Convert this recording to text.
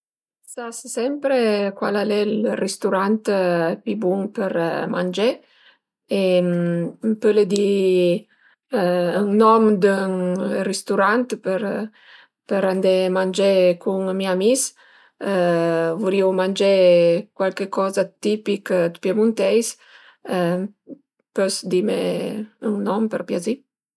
Sas sempre cual al e ël risturant pi bun për mangé e m'pöle di ün nom d'ün risturant për andé mangé cun mi amis? Vurìu mangé cualche coza d'tipich piemunteis. Pös dime ün nom për piazì?